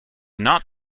not